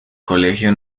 colegio